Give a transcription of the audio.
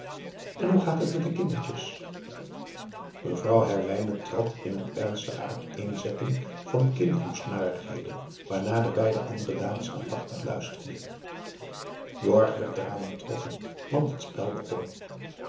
en hoe gaat het met de kindertjes mevrouw herwijnen trad in een ernstige uiteenzetting van kinkhoestnarigheden waarnaar de beide andere dames aandachtig luisterden jorg werd eraan onttrokken want het spel begon